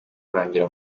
kurangira